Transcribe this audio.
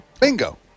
Bingo